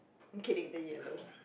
I'm kidding the yellow